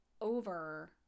over